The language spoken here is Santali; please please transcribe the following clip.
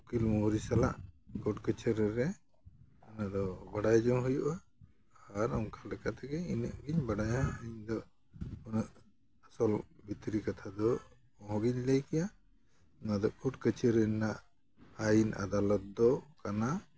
ᱩᱠᱤᱞ ᱢᱳᱦᱨᱤ ᱥᱟᱞᱟᱜ ᱠᱳᱨᱴ ᱠᱟᱹᱪᱷᱟᱹᱨᱤ ᱨᱮ ᱚᱱᱟᱫᱚ ᱵᱟᱰᱟᱭ ᱡᱚᱝ ᱦᱩᱭᱩᱜᱼᱟ ᱟᱨ ᱚᱱᱠᱟ ᱞᱮᱠᱟ ᱛᱮᱜᱮ ᱤᱱᱟᱹᱜ ᱜᱤᱧ ᱵᱟᱰᱟᱭᱟ ᱤᱧᱫᱚ ᱩᱱᱟᱹᱜ ᱥᱚᱵ ᱵᱷᱤᱛᱨᱤ ᱠᱟᱛᱷᱟ ᱫᱚ ᱚᱦᱚᱜᱤᱧ ᱞᱟᱹᱭ ᱠᱮᱭᱟ ᱚᱱᱟᱫᱚ ᱠᱳᱨᱴ ᱠᱟᱹᱪᱷᱟᱹᱨᱤ ᱨᱮᱱᱟᱜ ᱟᱹᱭᱤᱱ ᱟᱫᱟᱞᱚᱛ ᱫᱚ ᱠᱟᱱᱟ